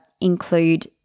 include